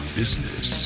business